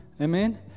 Amen